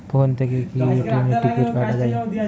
Phone থেকে কি ট্রেনের টিকিট কাটা য়ায়?